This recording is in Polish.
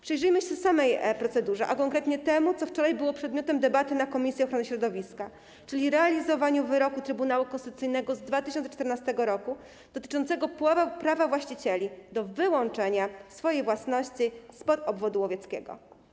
Przyjrzyjmy się samej procedurze, a konkretnie temu, co wczoraj było przedmiotem debaty na posiedzeniu komisji ochrony środowiska, czyli realizowaniu wyroku Trybunału Konstytucyjnego z 2014 r. dotyczącego prawa właścicieli do wyłączenia swojej własności z obwodu łowieckiego.